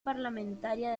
parlamentaria